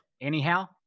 anyhow